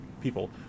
people